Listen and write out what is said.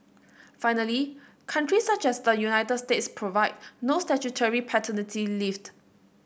finally countries such as the United States provide no statutory paternity leaved